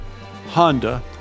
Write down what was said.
Honda